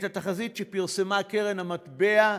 את התחזית שפרסמה קרן המטבע,